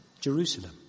Jerusalem